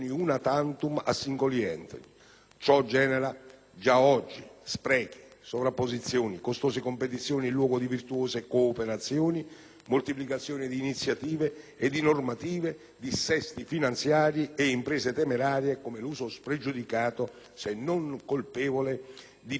Ciò genera, già oggi, sprechi, sovrapposizioni, costose competizioni in luogo di virtuose cooperazioni, moltiplicazione di iniziative e di normative, dissesti finanziari e imprese temerarie, come l'uso spregiudicato, se non colpevole, dei prodotti finanziari derivati.